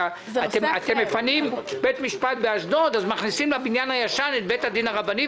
אתם מפנים בית משפט באשדוד ואז מכניסים לבניין הישן את בית הדין הרבני,